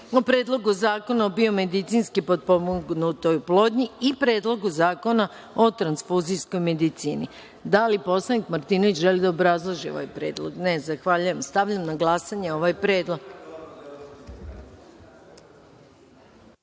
o Predlogu zakona o biomedicinski potpomognutoj oplodnji i Predlogu zakona o transfuzijskoj medicini. Da li narodni poslanik Aleksandar Martinović želi da obrazloži ovaj predlog? (Ne.)Zahvaljujem. Stavljam na glasanje ovaj